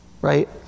right